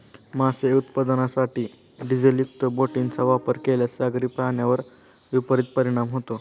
मासे उत्पादनासाठी डिझेलयुक्त बोटींचा वापर केल्यास सागरी प्राण्यांवर विपरीत परिणाम होतो